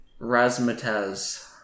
razzmatazz